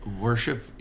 Worship